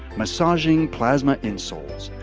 massaging plasma insoles.